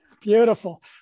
Beautiful